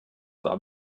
war